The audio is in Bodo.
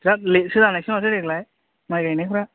बेराथ लेटसो जानायसै माथो देग्लाय माइ गायनायफ्रा